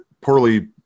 poorly